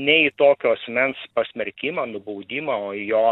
ne į tokio asmens pasmerkimą nubaudimą o į jo